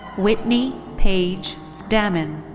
whitney paige dammann.